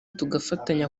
tugafatanya